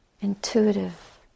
intuitive